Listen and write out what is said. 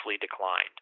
declined